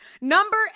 Number